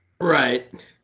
Right